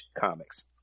comics